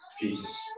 Jesus